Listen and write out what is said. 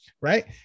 right